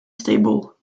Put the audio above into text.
stable